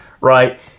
right